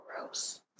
gross